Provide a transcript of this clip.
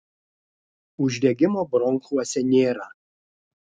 uždegimo bronchuose nėra